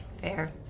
Fair